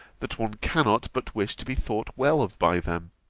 that one cannot but wish to be thought well of by them.